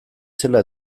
zela